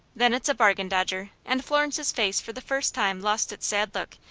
then it's a bargain, dodger, and florence's face for the first time lost its sad look,